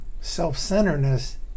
Self-centeredness